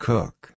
Cook